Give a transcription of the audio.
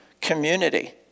community